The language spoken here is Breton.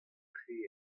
tre